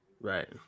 right